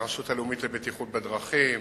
הרשות הלאומית לבטיחות בדרכים,